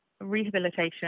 rehabilitation